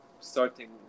starting